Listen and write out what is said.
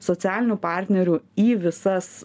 socialinių partnerių į visas